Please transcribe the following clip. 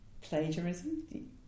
Plagiarism